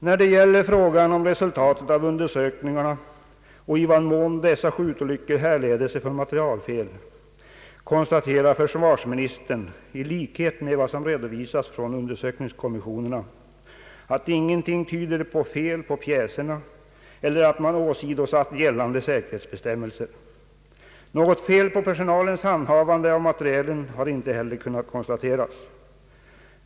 När det gäller frågan om resultatet av undersökningarna och i vad mån dessa skjutolyckor härleder sig från materielfel konstaterar försvarsministern, i likhet med vad som redovisats från undersökningskommissionerna, att ingenting tyder på fel på pjäserna eller att man åsidosatt gällande säkerhetsbestämmelser. Något fel vid personalens handhavande av materielen har inte heller kunnat konstateras.